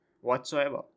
whatsoever